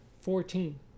Fourteen